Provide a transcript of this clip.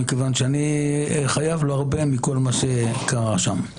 מכיוון שאני חייב לו הרבה מכל מה שקרה שם.